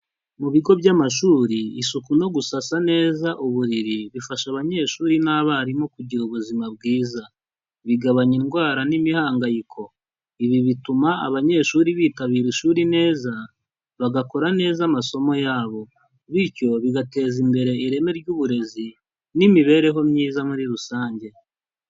Mu bigo by'amashuri isuku no gusasa neza uburiri bifasha abanyeshuri n'abarimu kugira ubuzima bwiza, bigabanya indwara n'imihangayiko, ibi bituma abanyeshuri bitabira ishuri neza, bagakora neza amasomo yabo, bityo bigateza imbere ireme ry'uburezi n'imibereho myiza muri rusange.